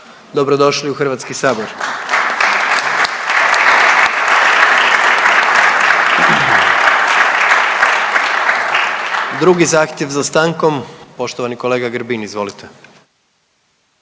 Dobrodošli u HS. /Pljesak./ Drugi zahtjev za stankom, poštovani kolega Grbin, izvolite.